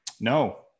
No